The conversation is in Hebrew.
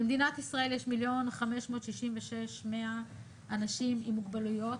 במדינת ישראל יש 1,566,100 אנשים עם מוגבלויות,